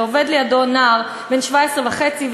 ועובד לידו נער בן 17 וחצי,